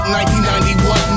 1991